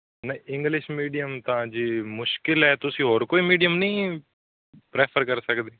ਨਹੀਂ English medium ਤਾਂ ਜੀ ਮੁਸ਼ਕਲ ਹੈ ਤੁਸੀਂ ਹੋਰ ਕੋਈ ਮੀਡੀਅਮ ਨਹੀਂ ਪ੍ਰੈਫਰ ਕਰ ਸਕਦੇ